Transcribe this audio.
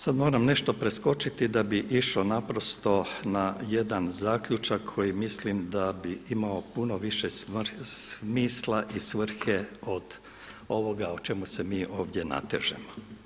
Sad moram nešto preskočiti da bi išao naprosto na jedan zaključak koji mislim da bi imao puno više smisla i svrhe od ovoga o čemu se mi ovdje natežemo.